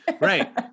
Right